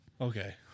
Okay